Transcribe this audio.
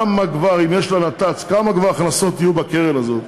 אם יש לה נת"צ, כמה הכנסות כבר יהיו בקרן הזאת?